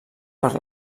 per